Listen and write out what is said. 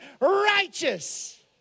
righteous